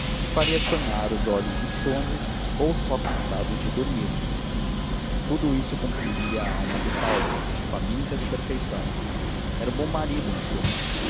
e faria sonhar os olhos insones ou só cansados de dormir tudo isso cumpriria a alma de paulo faminta de perfeição era um bom marido em suma